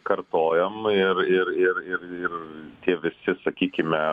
kartojom ir ir ir ir ir tie visi sakykime